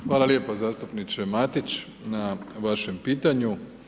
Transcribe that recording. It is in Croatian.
Hvala lijepa zastupniče Matić ma vašem pitanju.